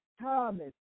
Thomas